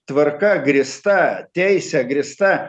tvarka grįsta teise grįsta